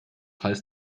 heißt